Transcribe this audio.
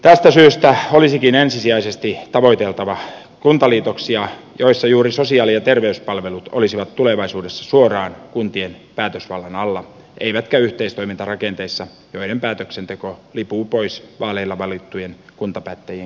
tästä syystä olisikin ensisijaisesti tavoiteltava kuntaliitoksia joissa juuri sosiaali ja terveyspalvelut olisivat tulevaisuudessa suoraan kuntien päätösvallan alla eivätkä yhteistoimintarakenteissa joiden päätöksenteko lipuu pois vaaleilla valittujen kuntapäättäjien käsistä